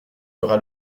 fera